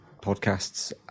podcasts